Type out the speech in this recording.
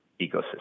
ecosystem